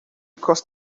cursed